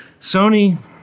Sony